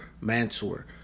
Mansoor